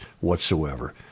whatsoever